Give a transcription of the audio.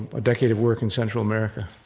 a decade of work in central america,